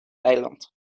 eiland